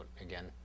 again